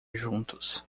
juntos